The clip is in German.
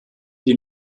die